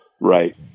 Right